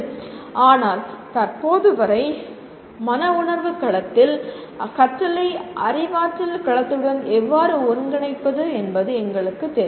ஆனால் தற்போது வரை மன உணர்வு களத்தில் கற்றலை அறிவாற்றல் களத்துடன் எவ்வாறு ஒருங்கிணைப்பது என்பது எங்களுக்குத் தெரியாது